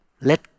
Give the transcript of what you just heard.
Let